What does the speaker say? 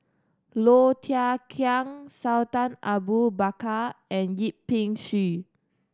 Low Thia Khiang Sultan Abu Bakar and Yip Pin Xiu